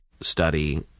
study